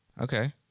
okay